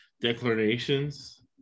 declarations